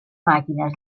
màquines